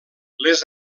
les